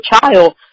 child